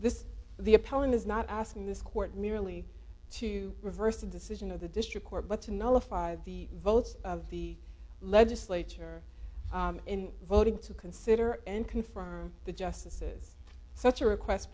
this the appellant is not asking this court merely to reverse the decision of the district court but to nullify the votes of the legislature in voting to consider and confirm the justices such a request